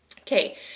Okay